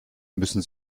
müssen